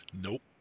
Nope